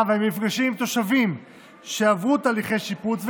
ומהמפגשים עם תושבים שעברו תהליכי שיפוץ,